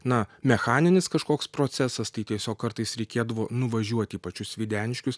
na mechaninis kažkoks procesas tai tiesiog kartais reikėdavo nuvažiuoti į pačius videniškius